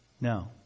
No